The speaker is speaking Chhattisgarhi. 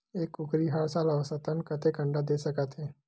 एक कुकरी हर साल औसतन कतेक अंडा दे सकत हे?